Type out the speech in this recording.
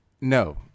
No